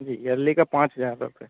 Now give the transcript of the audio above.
जी early का पाँच हजार रुपये